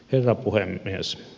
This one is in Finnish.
herra puhemies